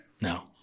No